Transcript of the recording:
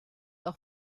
auch